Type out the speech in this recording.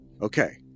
Okay